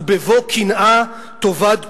ובבוא קנאה תאבד תבונה".